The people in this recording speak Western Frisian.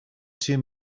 tsjin